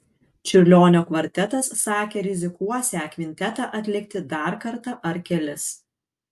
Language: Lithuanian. čiurlionio kvartetas sakė rizikuosią kvintetą atlikti dar kartą ar kelis